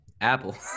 apple